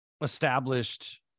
established